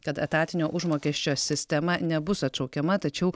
kad etatinio užmokesčio sistema nebus atšaukiama tačiau